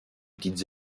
petites